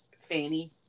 Fanny